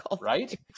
right